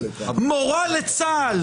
מורה לצה"ל,